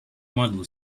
model